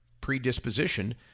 predisposition